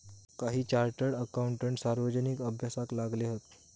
काही chartered accountant सार्वजनिक अभ्यासाक लागले हत